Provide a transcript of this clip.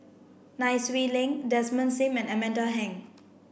Nai Swee Leng Desmond Sim and Amanda Heng